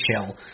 chill